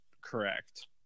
correct